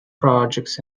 projects